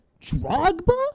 Drogba